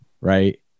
right